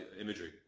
imagery